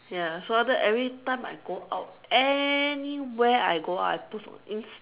ya so after that every time I go out anywhere I go out post on ins~